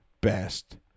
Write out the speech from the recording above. best